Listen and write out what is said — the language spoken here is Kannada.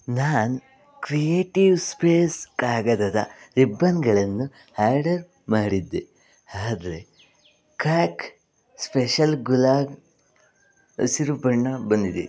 ನಾನು ಕ್ರಿಯೇಟಿವ್ ಸ್ಪೇಸ್ ಕಾಗದದ ರಿಬ್ಬನ್ಗಳನ್ನು ಆರ್ಡರ್ ಮಾಡಿದ್ದೆ ಆದ್ರೆ ಕಾಕ್ ಸ್ಪೆಷಲ್ ಗುಲಾಲ್ ಹಸಿರು ಬಣ್ಣ ಬಂದಿದೆ